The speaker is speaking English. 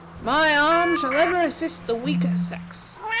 my arm shall ever assist the weaker sex.